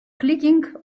clicking